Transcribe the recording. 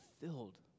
filled